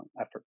effort